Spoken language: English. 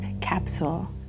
capsule